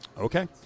Okay